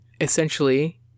essentially